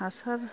हासार